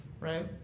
right